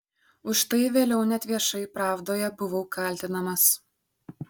už tai vėliau net viešai pravdoje buvau kaltinamas